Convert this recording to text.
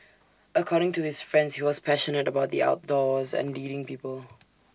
according to his friends he was passionate about the outdoors and leading people